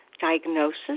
diagnosis